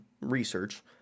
research